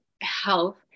health